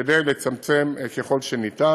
כדי לצמצם ככל האפשר.